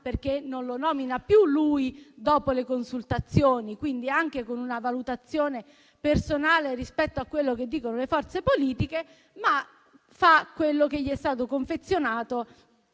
perché non lo nomina più lui dopo le consultazioni, attraverso una valutazione personale in base a quello che dicono le forze politiche, ma fa quanto gli è stato confezionato